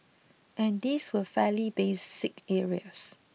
and these were fairly basic areas